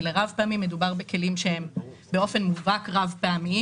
לרב פעמי אלא בכלים שהם באופן מובהק רב-פעמיים.